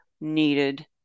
needed